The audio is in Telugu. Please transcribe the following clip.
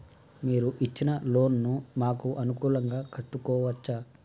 మీరు ఇచ్చిన లోన్ ను మాకు అనుకూలంగా కట్టుకోవచ్చా?